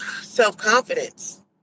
self-confidence